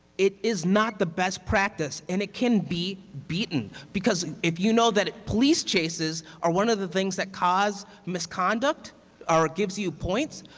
it is not the best practice and it can be beaten because if you know that police chases are one of the things that cause misconduct or it gives you points,